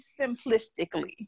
simplistically